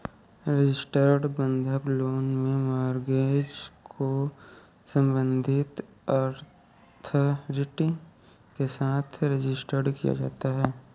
registered बंधक loan में mortgage को संबंधित अथॉरिटी के साथ रजिस्टर किया जाता है